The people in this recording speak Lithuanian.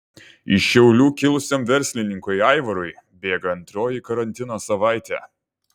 iš šiaulių kilusiam verslininkui aivarui bėga antroji karantino savaitė